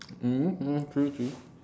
mm mm true true